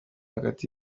hagati